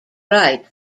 write